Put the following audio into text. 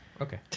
Okay